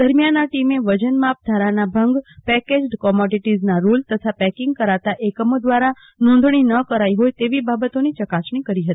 દરમ્યાન આ ટીમે વજન માપ ધારાના ભંગપેકેજડ કોમોડીટીઝના રૂલ્સ તથા પેકિંગ કરતા એકમો દ્રારા નોંધણી ન કરાઈ હોય તેવી બાબતોની ચકાસણી કરી હતી